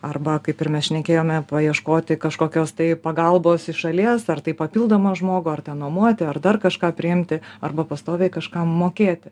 arba kaip ir mes šnekėjome paieškoti kažkokios tai pagalbos iš šalies ar taip papildomą žmogų ar ten nuomoti ar dar kažką priimti arba pastoviai kažkam mokėti